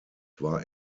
war